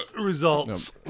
results